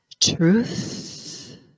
truth